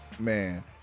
Man